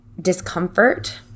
discomfort